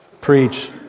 preach